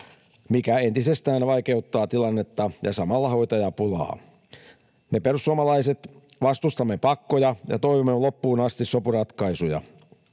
mikä entisestään vaikeuttaa tilannetta ja samalla hoitajapulaa. Me perussuomalaiset vastustamme pakkoja ja toivomme loppuun asti sopuratkaisuja.